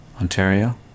Ontario